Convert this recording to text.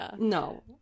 No